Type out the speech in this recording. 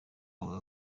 wawe